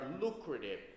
lucrative